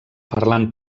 parlant